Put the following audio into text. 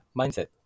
mindset